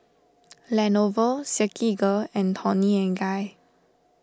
Lenovo Silkygirl and Toni and Guy